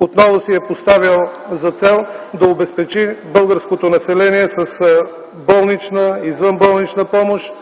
отново си е поставил за цел да обезпечи българското население с болнична и извънболнична помощ,